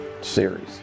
series